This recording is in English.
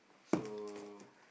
so